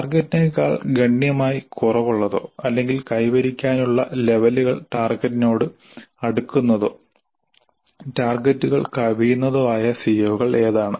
ടാർഗെറ്റിനേക്കാൾ ഗണ്യമായി കുറവുള്ളതോ അല്ലെങ്കിൽ കൈവരിക്കാനുള്ള ലെവലുകൾ ടാർഗെറ്റിനോട് അടുക്കുന്നതോ ടാർഗെറ്റുകൾ കവിയുന്നതോ ആയ സിഒകൾ ഏതാണ്